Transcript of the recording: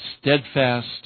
Steadfast